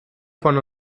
von